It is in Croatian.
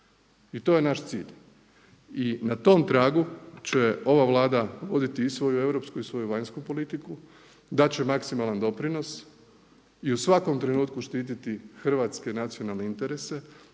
I to je naš cilj. I na tom tragu će ova Vlada voditi i svoju europsku i svoju vanjsku politiku, dati će maksimalan doprinos i u svakom trenutku štititi hrvatske nacionalne interese